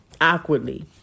awkwardly